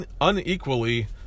unequally